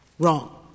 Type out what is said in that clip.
Wrong